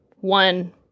one